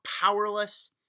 powerless